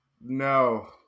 no